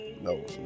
no